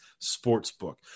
Sportsbook